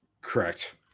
Correct